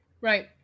Right